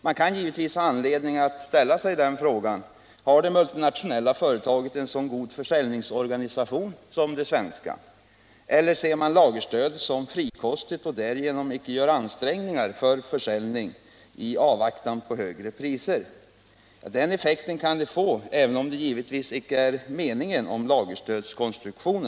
Man kan givetvis ha anledning att fråga sig: Har det multinationella företaget en lika god försäljningsorganisation som det svenska? Eller betraktar man lagerstödet som frikostigt och gör därför icke ansträngningar för försäljning, i avvaktan på högre priser? Den effekten kan lagerstödet få, även om detta givetvis icke är meningen med dess konstruktion.